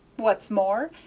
what's more,